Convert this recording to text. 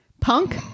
Punk